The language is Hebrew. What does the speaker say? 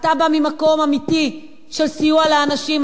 אתה בא ממקום אמיתי של סיוע לאנשים,